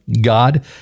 God